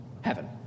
heaven